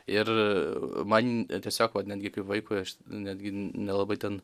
ir man tiesiog vat netgi vaikui aš netgi nelabai ten